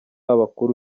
abakuru